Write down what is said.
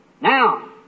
Now